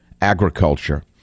agriculture